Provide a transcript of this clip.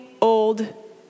old